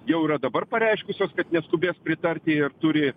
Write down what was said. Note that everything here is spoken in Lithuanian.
jau yra dabar pareiškusios kad neskubės pritarti ir turi